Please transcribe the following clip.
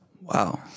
Wow